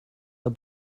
are